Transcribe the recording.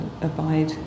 abide